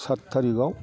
साद थारिखआव